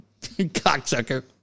Cocksucker